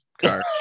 car